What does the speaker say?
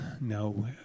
No